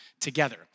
together